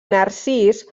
narcís